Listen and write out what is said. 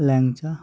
ল্যাংচা